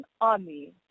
army